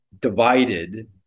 divided